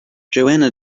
johanna